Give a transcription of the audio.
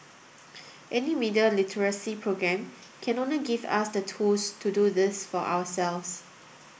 any media literacy programme can only give us the tools to do this for ourselves